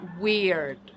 weird